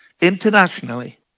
internationally